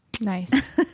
Nice